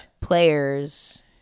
players